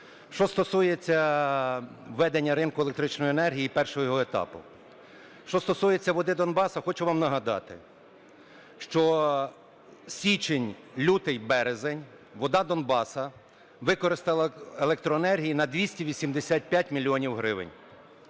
Що стосується введення ринку електричної енергії і першого його етапу. Що стосується "Води Донбасу", хочу вам нагадати, що січень, лютий, березень - "Вода Донбасу" використала електроенергії на 285 мільйонів